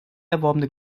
erworbene